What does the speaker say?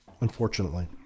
unfortunately